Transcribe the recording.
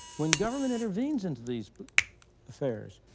when government intervenes into these affairs,